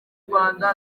rwanda